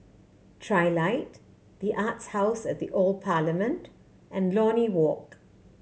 Trilight The Arts House at the Old Parliament and Lornie Walk